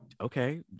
Okay